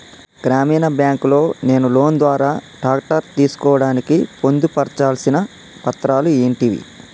గ్రామీణ బ్యాంక్ లో నేను లోన్ ద్వారా ట్రాక్టర్ తీసుకోవడానికి పొందు పర్చాల్సిన పత్రాలు ఏంటివి?